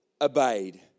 obeyed